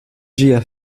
ĝia